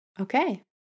Okay